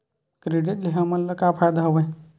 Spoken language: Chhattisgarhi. क्रेडिट ले हमन ला का फ़ायदा हवय?